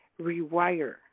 rewire